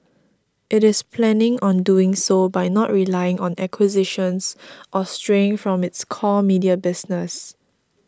it is planning on doing so by not relying on acquisitions or straying from its core media business